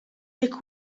jekk